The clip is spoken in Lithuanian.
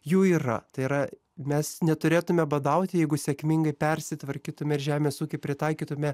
jų yra tai yra mes neturėtume badauti jeigu sėkmingai persitvarkytume ir žemės ūkį pritaikytume